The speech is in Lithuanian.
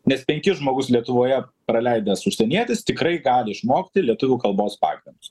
nes penkis žmogus lietuvoje praleidęs užsienietis tikrai gali išmokti lietuvių kalbos pagrindus